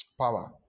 Power